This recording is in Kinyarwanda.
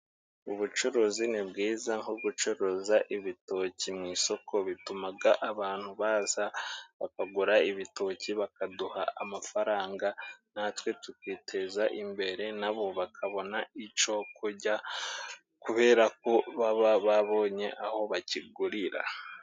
Ubucuruzi ni bwiza nko gucuruza ibitoki mu isoko, bitumaga abantu baza bakagura ibitoki, bakaduha amafaranga natwe tukiteza imbere, nabo bakabona ico kujya kubera ko baba babonye aho bakigurira.